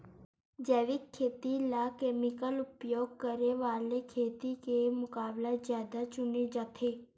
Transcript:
जैविक खेती ला केमिकल उपयोग करे वाले खेती के मुकाबला ज्यादा चुने जाते